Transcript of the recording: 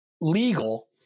legal